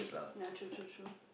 yeah true true true